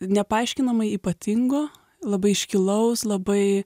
nepaaiškinamai ypatingo labai iškilaus labai